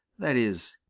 that is,